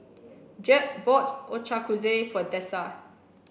Jed bought Ochazuke for Dessa